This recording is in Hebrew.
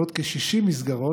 ועוד כ-60 מסגרות,